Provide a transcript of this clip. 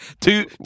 Two